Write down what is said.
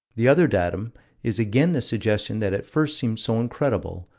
the other datum is again the suggestion that at first seemed so incredible,